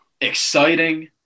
exciting